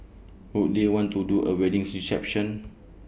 would they want to do A wedding reception